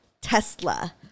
Tesla